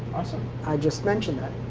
so i just mentioned that.